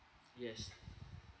yes